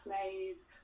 plays